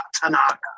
Tanaka